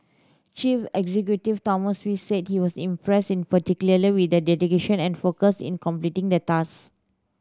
chief executive Thomas Wee said he was impressed in particular with their dedication and focus in completing the tasks